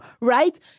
right